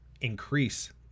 increase